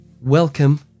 Welcome